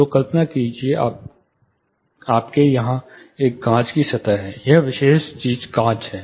तो कल्पना कीजिए कि आपके यहां एक कांच की सतह है यह विशेष चीज कांच है